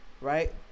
Right